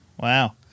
Wow